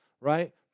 right